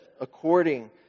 according